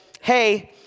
hey